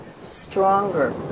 stronger